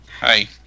Hi